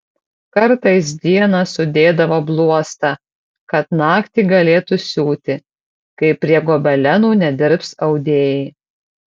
kartais dieną sudėdavo bluostą kad naktį galėtų siūti kai prie gobelenų nedirbs audėjai